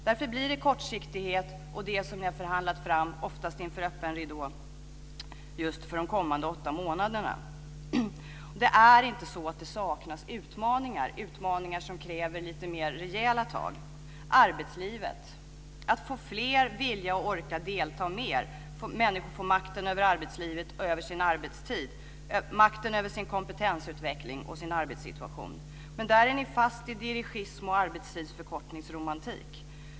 Därför blir det kortsiktighet, och det som ni förhandlat fram, oftast inför öppen ridå, gäller för de kommande åtta månaderna. Det saknas inte utmaningar. Det finns utmaningar som kräver lite mer rejäla tag. Det gäller arbetslivet och att få fler att vilja och orka delta mer. Människor måste få makten över arbetslivet och sin arbetstid. Man måste få makten över sin kompetensutveckling och sin arbetssituation. Men där är ni fast i dirigism och arbetstidsförkortningsromantik.